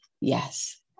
Yes